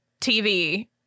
TV